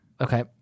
Okay